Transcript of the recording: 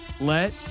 Let